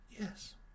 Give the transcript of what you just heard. Yes